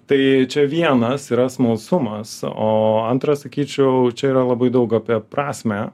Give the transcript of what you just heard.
tai čia vienas yra smalsumas o antra sakyčiau čia yra labai daug apie prasmę